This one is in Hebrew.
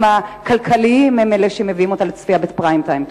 הכלכליים הם אלה שמביאים אותם לפריים-טיים.